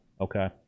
Okay